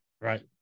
right